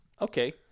Okay